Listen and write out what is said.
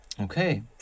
okay